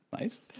Nice